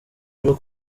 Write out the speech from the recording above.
rero